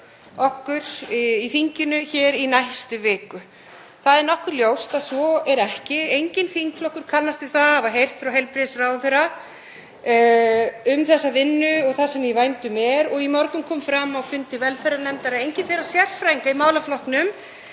Það er nokkuð ljóst að svo er ekki. Enginn þingflokkur kannast við það að hafa heyrt frá heilbrigðisráðherra um þessa vinnu og það sem í vændum er og í morgun kom fram á fundi velferðarnefndar að enginn þeirra sérfræðinga í málaflokknum